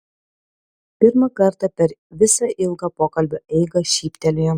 pirmą kartą per visą ilgą pokalbio eigą šyptelėjo